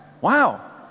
Wow